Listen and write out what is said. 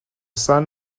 son